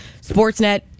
Sportsnet